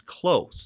close